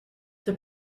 the